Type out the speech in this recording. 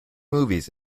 movies